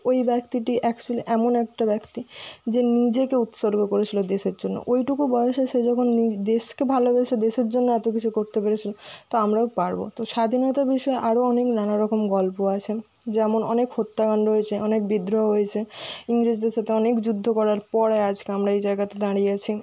ওই ব্যক্তিটি অ্যাকচুয়ালি এমন একটা ব্যক্তি যে নিজেকে উৎসর্গ করেছিলো দেশের জন্য ওইটুকু বয়সে সে যখন নিজ দেশকে ভালোবেসে দেশের জন্য এত কিছু করতে পেরেছিলো তো আমরাও পারবো তো স্বাধীনতা বিষয়ে আরও অনেক নানারকম গল্প আছে যেমন অনেক হত্যাকাণ্ড হয়েছে অনেক বিদ্রোহ হয়েছে ইংরেজদের সাথে অনেক যুদ্ধ করার পরে আজকে আমরা এই জায়গাতে দাঁড়িয়ে আছি